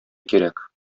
кирәк